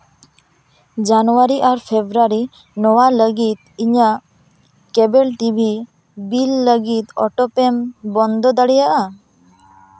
ᱡᱟᱱᱩᱣᱟᱨᱤ ᱟᱨ ᱯᱷᱮᱵᱨᱩᱣᱟᱨᱤ ᱱᱚᱣᱟ ᱞᱟᱹᱜᱤᱫ ᱤᱧᱟᱹᱜ ᱠᱮᱵᱮᱞ ᱴᱤᱵᱤ ᱵᱤᱞ ᱚᱴᱳ ᱯᱮᱱ ᱵᱚᱱᱫᱚ ᱫᱟᱲᱮᱭᱟᱜᱼᱟ